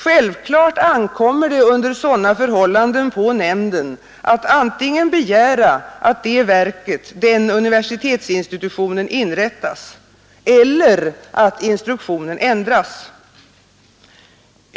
Självklart ankommer det under sådana förhållanden på nämnden att antingen begära att det verket eller den universitetsinstitutionen inrättas, eller att instruktionen ändras.